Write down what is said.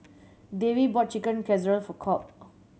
Davey bought Chicken Casserole for Colt